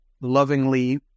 lovingly